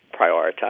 prioritize